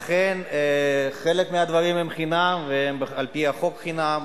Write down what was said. אכן, חלק מהדברים הם חינם, והם על-פי החוק חינם,